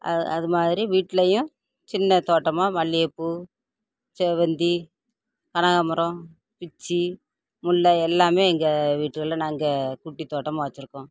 அது அது மாதிரி வீட்டிலையும் சின்ன தோட்டமாக மல்லிகைப்பூ செவ்வந்தி கனகாம்ரம் பிச்சி முல்லை எல்லாமே எங்கள் வீட்டுகள்ல நாங்கள் குட்டி தோட்டமாக வச்சிருக்கோம்